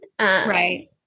right